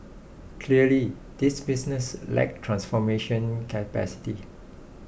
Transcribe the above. clearly these businesses lack transformation capacity